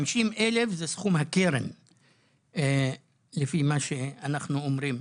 50,000 זה סכום הקרן לפי מה שאנחנו אומרים.